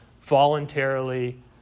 voluntarily